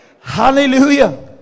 hallelujah